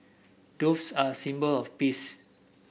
doves are a symbol of peace